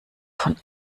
von